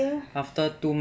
I think